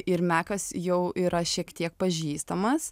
ir mekas jau yra šiek tiek pažįstamas